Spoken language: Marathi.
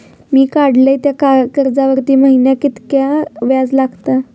मी काडलय त्या कर्जावरती महिन्याक कीतक्या व्याज लागला?